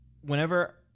whenever